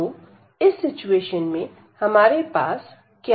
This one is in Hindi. तो इस सिचुएशन में हमारे पास क्या है